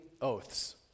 oaths